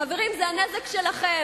חברים, זה הנזק שלכם.